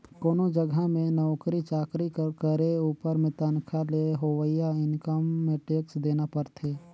कोनो जगहा में नउकरी चाकरी कर करे उपर में तनखा ले होवइया इनकम में टेक्स देना परथे